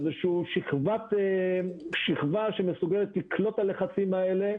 איזושהי שכבה שמסוגלת לקלוט את הלחצים האלה,